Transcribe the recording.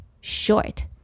short